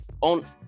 on